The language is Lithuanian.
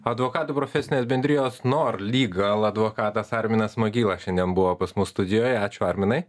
advokatų profesinės bendrijos noor legal advokatas arminas magyla šiandien buvo pas mus studijoje ačiū arminai